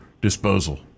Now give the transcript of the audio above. disposal